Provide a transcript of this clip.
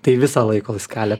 tai visa laiko skalė